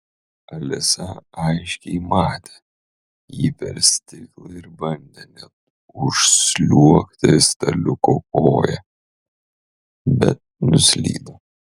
alisa aiškiai matė jį per stiklą ir bandė net užsliuogti staliuko koja bet nuslydo